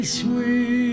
sweet